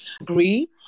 agree